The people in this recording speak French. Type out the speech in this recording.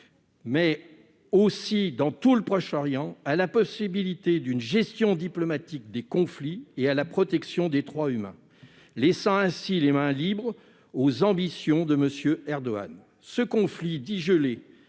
mais aussi dans tout le Proche-Orient, à la possibilité d'une gestion diplomatique des conflits et à la protection des droits humains, laissant ainsi les mains libres aux ambitions de M. Erdogan. Ce conflit, dit